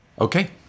Okay